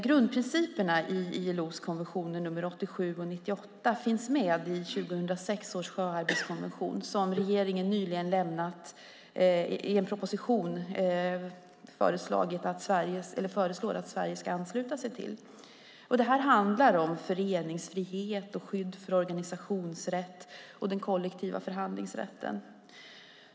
Grundprinciperna i ILO:s konventioner nr 87 och nr 98 finns med i 2006 års sjöarbetskonvention, som regeringen i en proposition nyligen föreslår att Sverige ska ansluta sig till. Det handlar om föreningsfrihet, skydd för organisationsrätt och den kollektiva förhandlingsrätten.